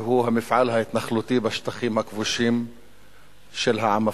והוא המפעל ההתנחלותי בשטחים הכבושים של העם הפלסטיני.